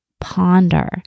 ponder